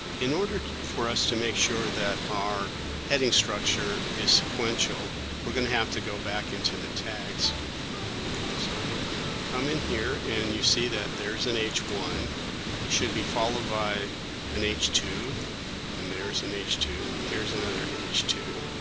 in order for us to make sure that our headings structure is sequential we're gonig to have to go back into the tags so we're going to come in here and you see that there's an h one should be followed by an h two and there's an h two, here's another h two